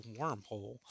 wormhole